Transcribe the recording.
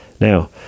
Now